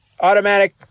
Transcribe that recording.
automatic